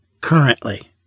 currently